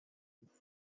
boy